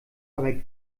aber